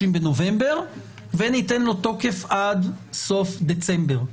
בנובמבר וניתן לו תוקף עד סוף דצמבר.